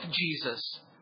Jesus